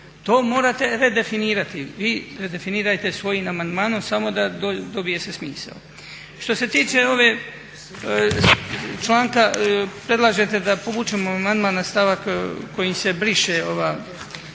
To morate redefinirati. Vi definirajte svojim amandmanom, samo da dobije se smisao. Što se tiče ovog članka, predlažete da povučemo amandman na stavak kojim se briše ova